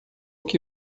que